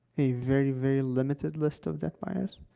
a very, very limited list of debt buyers,